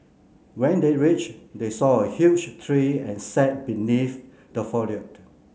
when they reached they saw a huge tree and sat beneath the